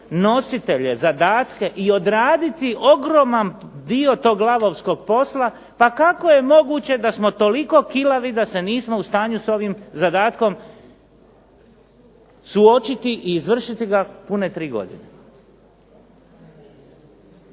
nositelje, zadatke i odraditi ogroman dio tog lavovskog posla, pa kako je moguće da smo toliko kilavi da se nismo u stanju s ovim zadatkom suočiti i izvršiti ga pune tri godine?